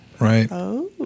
Right